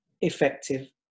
effective